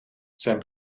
zijn